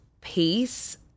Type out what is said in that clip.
peace